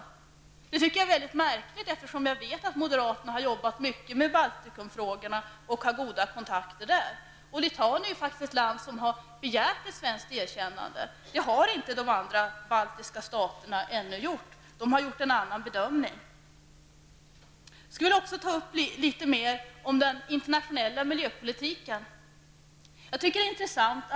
Det är, tycker jag, mycket märkligt, eftersom jag vet att moderaterna har arbetat mycket med Baltikumfrågorna och har goda kontakter i Baltikum. Och Litauen är ju faktiskt ett land som har begärt ett svenskt erkännande. Det har inte de andra baltiska staterna ännu gjort; de har gjort en annan bedömning. Jag vill också säga litet mer om den internationella miljöpolitiken.